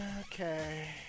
Okay